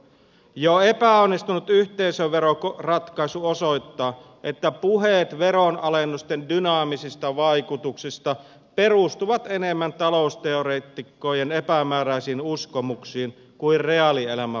jo epäonnistunut yhteisöveroratkaisu osoittaa että puheet veronalennusten dynaamisista vaikutuksista perustuvat enemmän talousteoreetikkojen epämääräisiin uskomuksiin kuin reaalielämän faktoihin